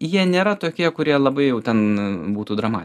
jie nėra tokie kurie labai jau ten būtų drama